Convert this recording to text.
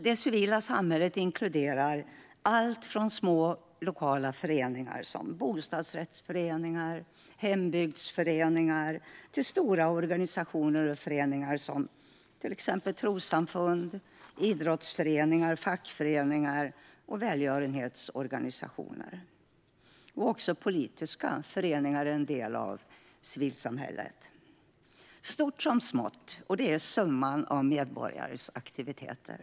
Det civila samhället inkluderar allt från små lokala föreningar som bostadsrättsföreningar och hembygdsföreningar till stora organisationer och föreningar som till exempel trossamfund, idrottsföreningar, fackföreningar och välgörenhetsorganisationer. Också politiska föreningar är en del av civilsamhället. Det rymmer alltså stort som smått och är summan av medborgares aktiviteter.